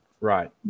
Right